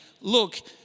look